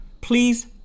please